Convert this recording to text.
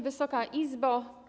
Wysoka Izbo!